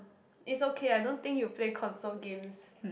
is okay I don't think you play console games